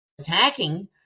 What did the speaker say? attacking